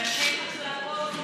ראשי מחלקות,